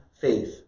faith